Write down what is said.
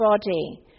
body